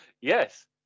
Yes